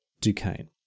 Duquesne